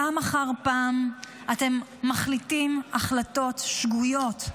פעם אחר פעם אתם מחליטים החלטות שגויות,